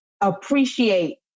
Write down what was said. appreciate